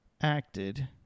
acted